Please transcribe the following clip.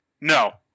no